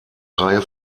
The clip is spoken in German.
reihe